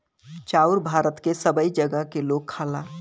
चाउर भारत के सबै जगह क लोग खाला